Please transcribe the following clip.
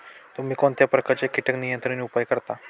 तुम्ही कोणत्या प्रकारचे कीटक नियंत्रण उपाय वापरता?